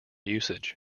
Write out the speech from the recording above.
usage